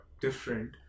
different